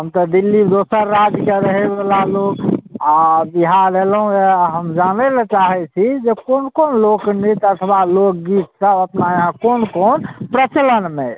हम तऽ दिल्ली दोसर राज्यके रहैवला लोक आ बिहार अएलहुँ अइ हम जानै लए चाहै छी जे कोन कोन लोकनृत्य अथवा लोकगीत सब अपना यहाँ कोन कोन प्रचलनमे अछि